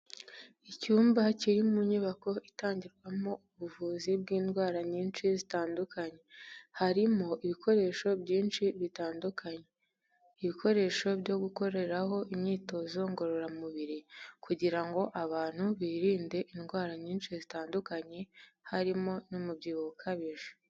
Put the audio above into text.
Icyumba kiri mu nyubako itangirwamo ubuvuzi bw'indwara nyinshi zitandukanye. Harimo ibikoresho byinshi bitandukanye. Ibikoresho byo gukoreraho imyitozo ngororamubiri kugira ngo abantu birinde indwara nyinshi zitandukanye, harimo n'umubyibuho ukabije.